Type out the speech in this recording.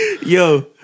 Yo